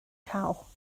cael